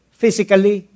physically